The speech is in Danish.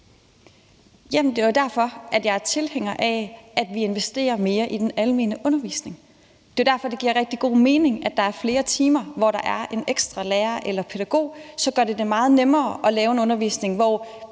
Det er jo derfor, at jeg er tilhænger af, at vi investerer mere i den almene undervisning. Det er derfor, at det giver rigtig god mening, at der er flere timer, hvor der eren ekstra lærer eller pædagog. Det gør det meget nemmere at lave en undervisning, hvor